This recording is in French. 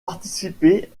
participé